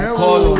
call